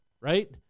right